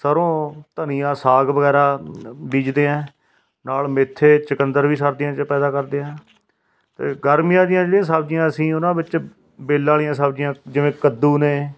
ਸਰ੍ਹੋਂ ਧਨੀਆਂ ਸਾਗ ਵਗੈਰਾ ਬੀਜਦੇ ਹਾਂ ਨਾਲ ਮੇਥੇ ਚਕੰਦਰ ਵੀ ਸਰਦੀਆਂ 'ਚ ਪੈਦਾ ਕਰਦੇ ਹਾਂ ਅਤੇ ਗਰਮੀਆਂ ਦੀਆਂ ਜਿਹੜੀਆਂ ਸਬਜ਼ੀਆਂ ਅਸੀਂ ਉਹਨਾਂ ਵਿੱਚ ਵੇਲਾਂ ਵਾਲੀਆਂ ਸਬਜ਼ੀਆਂ ਜਿਵੇਂ ਕੱਦੂ ਨੇ